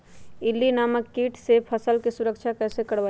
इल्ली नामक किट से फसल के सुरक्षा कैसे करवाईं?